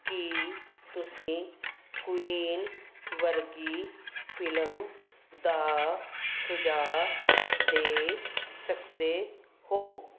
ਕੀ ਤੁਸੀਂ ਕੁਈਨ ਵਰਗੀ ਫਿਲਮ ਦਾ ਸੁਝਾਅ ਦੇ ਸਕਦੇ ਹੋ